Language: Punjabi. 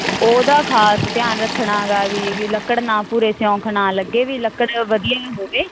ਉਹਦਾ ਖ਼ਾਸ ਧਿਆਨ ਰੱਖਣਾ ਗਾ ਵੀ ਲੱਕੜ ਨਾ ਭੂਰੇ ਸਿਓਂਕ ਨਾ ਲੱਗੇ ਵੀ ਲੱਕੜ ਵਧੀਆ ਹੀ ਹੋਵੇ